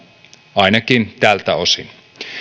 ainakin tältä osin